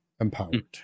empowered